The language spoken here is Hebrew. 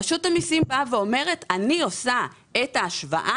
רשות המיסים אומרת שאני עושה את ההשוואה